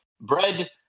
bread